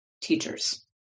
teachers